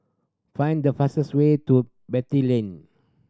find the fastest way to Beatty Lane